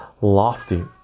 lofty